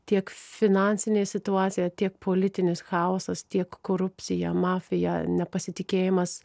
tiek finansinė situacija tiek politinis chaosas tiek korupcija mafija nepasitikėjimas